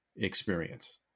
Experience